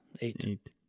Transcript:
Eight